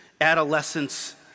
adolescence